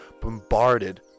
bombarded